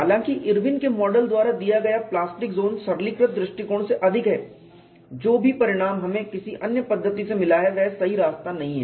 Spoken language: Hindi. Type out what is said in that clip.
हालाँकि इरविन के मॉडल द्वारा दिया गया प्लास्टिक ज़ोन सरलीकृत दृष्टिकोण से अधिक है जो भी परिणाम हमें किसी अन्य पद्धति से मिला है वह सही रास्ता नहीं है